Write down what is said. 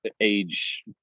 age